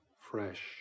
fresh